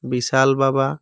বিশাল বাবা